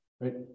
right